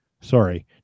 Sorry